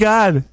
God